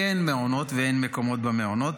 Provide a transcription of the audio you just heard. כי אין מעונות ואין מקומות במעונות.